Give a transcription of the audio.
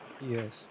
Yes